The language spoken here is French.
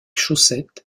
chaussettes